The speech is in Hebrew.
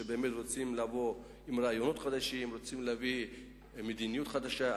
שבאמת רוצים לבוא עם רעיונות חדשים או עם מדיניות חדשה.